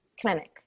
clinic